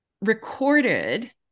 recorded